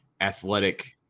athletic